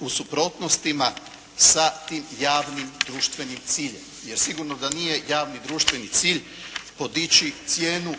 u suprotnostima sa tim javnim društvenim ciljem. Jer sigurno da nije javni društveni cilj podići cijenu